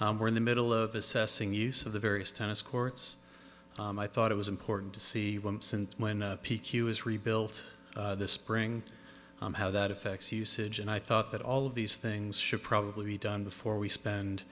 we're in the middle of assessing use of the various tennis courts and i thought it was important to see since when p q was rebuilt this spring how that affects usage and i thought that all of these things should probably be done before we spend